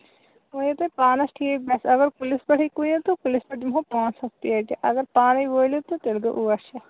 وۅنۍ یہِ تۄہہِ پانَس ٹھیٖک باسہِ اَگر کُلِس پیٚٹھٕے کٕنِو تہٕ کُلِس پیٚٹھ دِمہوو پانژھ ہَتھ پیٹہِ اَگر پانَے وٲلِوتہٕ تیٚلہِ گوٚو ٲٹھ شَتھ